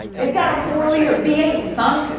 it's got a four liter v eight son!